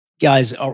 guys